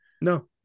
No